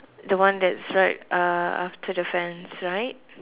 the one that's right uh after the fence right